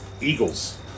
eagles